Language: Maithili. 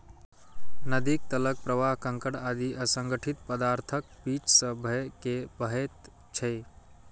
नदीक तलक प्रवाह कंकड़ आदि असंगठित पदार्थक बीच सं भए के बहैत छै